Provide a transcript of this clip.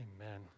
Amen